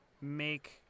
make